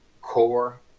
core